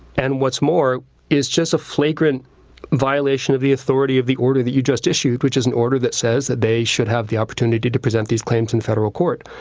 and what's more is just a flagrant violation of the authority of the order that you just issued, which is an order that says that they should have the opportunity to present these claims in federal court.